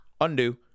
undo